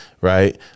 Right